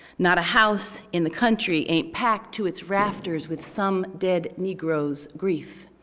not a house in the country ain't packed to its rafters with some dead negro's grief.